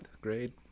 grade